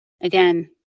Again